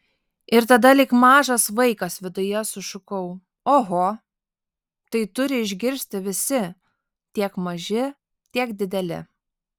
ir tada lyg mažas vaikas viduje sušukau oho tai turi išgirsti visi tiek maži tiek dideli